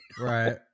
Right